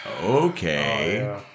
Okay